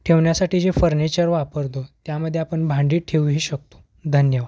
ठेवण्यासाठी जे फर्निचर वापरतो त्यामध्ये आपण भांडी ठेवूही शकतो धन्यवाद